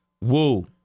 Woo